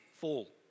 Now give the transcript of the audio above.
fall